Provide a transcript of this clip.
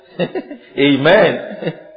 Amen